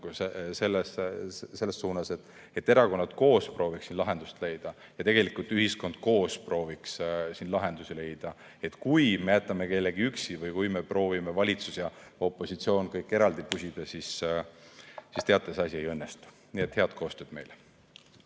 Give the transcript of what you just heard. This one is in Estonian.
selles suunas, et erakonnad koos prooviksid lahendust leida ja tegelikult ühiskond koos prooviks lahendusi leida. Kui me jätame kellegi üksi või kui me proovime, valitsus ja opositsioon kõik eraldi pusida, siis teate, see asi ei õnnestu. Nii et head koostööd!